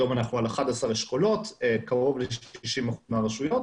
היום יש 11 אשכולות קרוב ל-90% מהרשויות,